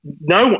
no